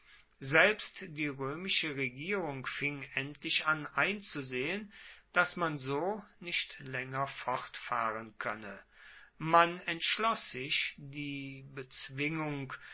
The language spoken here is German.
selbst die römische regierung fing endlich an einzusehen daß man so nicht länger fortfahren könne man entschloß sich die bezwingung